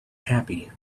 happy